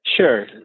Sure